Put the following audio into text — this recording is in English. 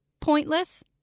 Pointless